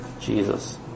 Jesus